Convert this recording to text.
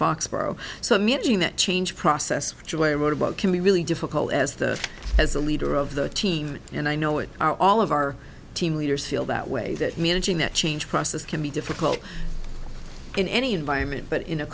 foxboro so minging that change process to a robot can be really difficult as the as the leader of the team and i know it are all of our team leaders feel that way that managing that change process can be difficult in any environment but in a